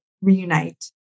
reunite